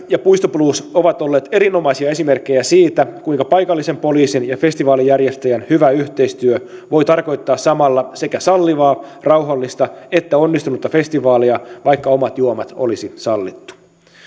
ja puistoblues ovat olleet erinomaisia esimerkkejä siitä kuinka paikallisen poliisin ja festivaalijärjestäjän hyvä yhteistyö voi tarkoittaa samalla sekä sallivaa rauhallista että onnistunutta festivaalia vaikka omat juomat olisi sallittu